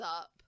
up